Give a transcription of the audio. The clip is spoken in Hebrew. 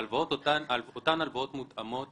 אותן הלוואות מותאמות